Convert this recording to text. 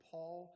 Paul